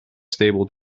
stable